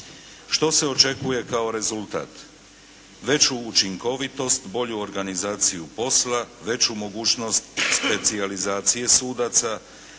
Što se očekuje kao rezultat? Veću učinkovitost, bolju organizaciju posla, veću mogućnost specijalizacije sudaca,